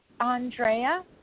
Andrea